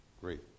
great